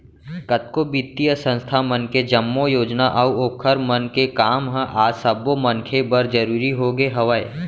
कतको बित्तीय संस्था मन के जम्मो योजना अऊ ओखर मन के काम ह आज सब्बो मनखे बर जरुरी होगे हवय